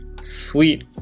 Sweet